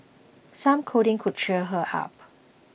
some cuddling could cheer her up